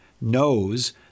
knows